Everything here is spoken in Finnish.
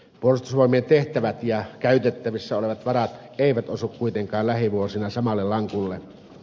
puolustusvoimien tehtävät ja käytettävissä olevat varat eivät osu kuitenkaan lähivuosina samalle lankulle